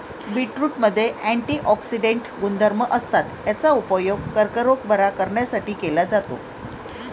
बीटरूटमध्ये अँटिऑक्सिडेंट गुणधर्म असतात, याचा उपयोग कर्करोग बरा करण्यासाठी केला जातो